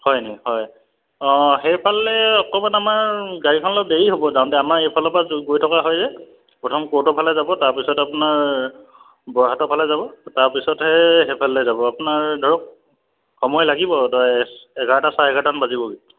হয়নি হয় অঁ সেইফালে অকণমান আমাৰ গাড়ীখন অলপ দেৰি হ'ব যাওতে আমাৰ এইফালৰ পৰা গৈ থকা হয় যে প্ৰথম ক'ৰ্টৰ ফালে যাব তাৰপিছত আপোনাৰ বৰহাটৰ ফালে যাব তাৰপিছতহে সেইফালে যাব আপোনাৰ ধৰক সময় লাগিব ধৰক এঘাৰটা চাৰে এঘাৰটামান বাজিবগৈ